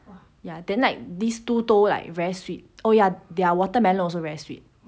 ya then like these two 都 like very sweet oh ya their watermelon also very sweet